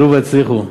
עלו והצליחו.